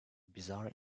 bizarre